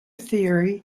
theory